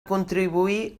contribuir